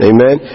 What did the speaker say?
Amen